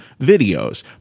videos